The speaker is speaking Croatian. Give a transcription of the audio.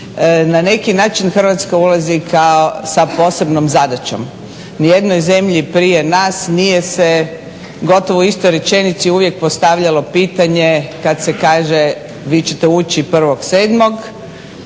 Na neki način Hrvatska ulazi kao sa posebnom zadaćom. Ni jednoj zemlji prije nas nije se gotovo u istoj rečenici uvijek postavljalo pitanje kad se kaže vi ćete ući 1.7. Gotovo